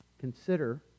Consider